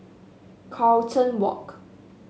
Carlton Walk